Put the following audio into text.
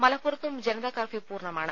മലപ്പുറത്തും ജനതാ കർഫ്യൂ പൂർണ്ണമാണ്